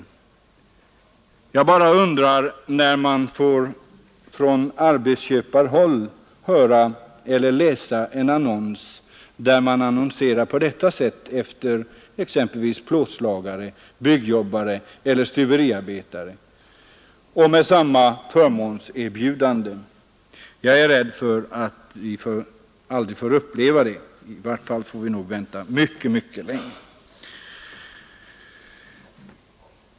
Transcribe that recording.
Jag bara undrar när man från arbetsköparhåll börjar annonsera på detta sätt efter exempelvis plåtslagare, byggjobbare eller stuveriarbetare och med samma förmånserbjudanden. Jag är rädd att vi aldrig får uppleva det.